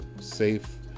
safe